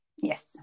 Yes